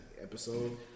episode